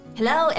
Hello